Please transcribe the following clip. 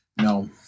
No